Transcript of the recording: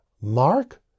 Mark